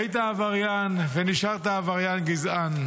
היית עבריין ונשארת עבריין גזען.